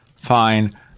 fine